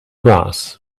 grass